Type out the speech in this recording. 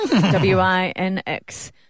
W-I-N-X